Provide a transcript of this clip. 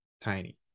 Tiny